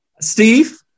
Steve